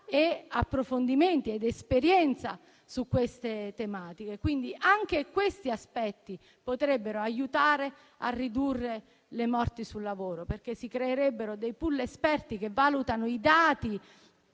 approfondimenti ed esperienze su queste tematiche. Anche questi aspetti quindi potrebbero aiutare a ridurre le morti sul lavoro, perché si creerebbero *pool* di esperti per valutare i dati